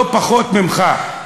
לא פחות ממך,